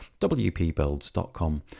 wpbuilds.com